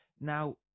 Now